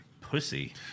pussy